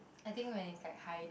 I think when it's like high note